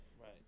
Right